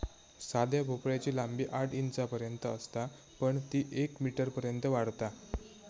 साध्या भोपळ्याची लांबी आठ इंचांपर्यंत असता पण ती येक मीटरपर्यंत वाढता